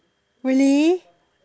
really